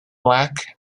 black